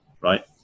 Right